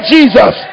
Jesus